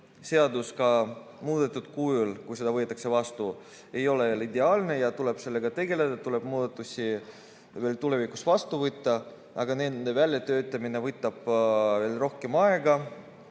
seadus ka muudetud kujul, kui see võetakse vastu, ei ole veel ideaalne ja sellega tuleb tegeleda, tulevikus tuleb veel muudatusi vastu võtta, aga nende väljatöötamine võtab rohkem aega.